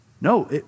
No